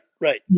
Right